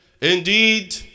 indeed